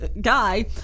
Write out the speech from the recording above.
guy